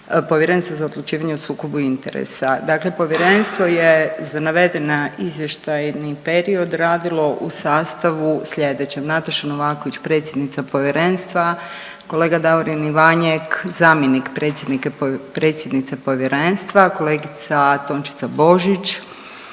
Povjerenstva za odlučivanje o sukobu interesa. Dakle, Povjerenstvo je za navedeni izvještajni period radilo u sastavu sljedećem: Nataša Novaković predsjednica Povjerenstva, kolega Davorin Ivanjek zamjenik predsjednice Povjerenstva, kolegica Tončica Božić